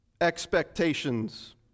expectations